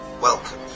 Welcome